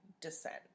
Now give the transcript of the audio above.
descent